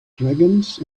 dragons